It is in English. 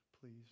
please